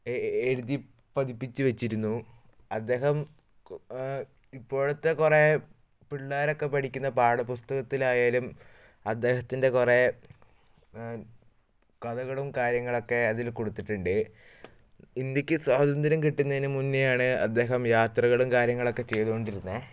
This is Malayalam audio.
എഴുതി പതിപ്പിച്ച് വെച്ചിരുന്നു അദ്ദേഹം ഇപ്പോഴത്തെ കുറെ പിള്ളേരൊക്കെ പഠിക്കുന്ന പാഠപുസ്തകത്തിലായാലും അദ്ദേഹത്തിൻ്റെ കുറെ കഥകളും കാര്യങ്ങളൊക്കെ അതിൽ കൊടുത്തിട്ടുണ്ട് ഇന്ത്യക്ക് സ്വാതന്ത്ര്യം കിട്ടുന്നതിന് മുന്നെയാണ് അദ്ദേഹം യാത്രകളും കാര്യങ്ങളൊക്കെ ചെയ്തുകൊണ്ടിരുന്നത്